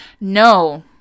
No